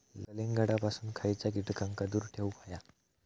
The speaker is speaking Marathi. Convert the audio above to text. कलिंगडापासून खयच्या कीटकांका दूर ठेवूक व्हया?